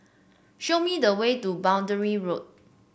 show me the way to Boundary Road